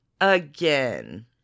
again